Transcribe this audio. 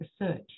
research